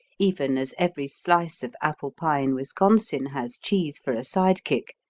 even as every slice of apple pie in wisconsin has cheese for a sidekick,